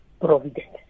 providence